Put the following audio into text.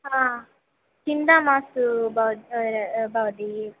हा चिन्ता मास्तु बव भवती